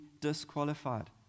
disqualified